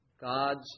God's